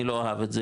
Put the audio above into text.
אני אל אוהב את זה,